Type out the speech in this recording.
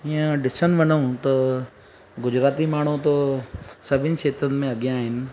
हीअं ॾिसणु वञूं त गुजराती माण्हू त सभिनि क्षेत्रनि में अॻियां आहिनि